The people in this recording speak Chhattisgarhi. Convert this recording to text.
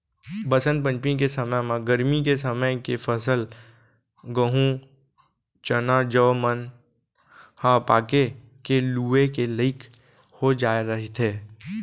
बसंत पंचमी के समे म गरमी के समे के फसल गहूँ, चना, जौ मन ह पाके के लूए के लइक हो जाए रहिथे